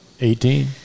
eighteen